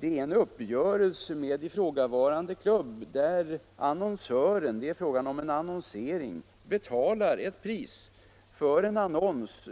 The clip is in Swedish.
det är en uppgörelse med ifrågavarande klubb, där annonsören — för det är en fråga om annonsering — betalar ett pris för en annons.